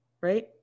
right